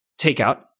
Takeout